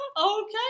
Okay